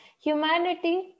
Humanity